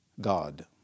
God